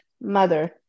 mother